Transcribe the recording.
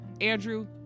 Andrew